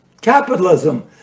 capitalism